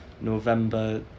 November